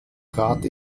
trat